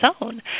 own